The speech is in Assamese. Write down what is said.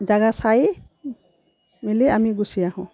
জেগা চাই মেলি আমি গুচি আহোঁ